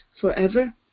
forever